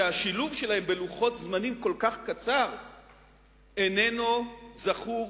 שהשילוב שלהם בלוחות זמנים כל כך קצר איננו זכור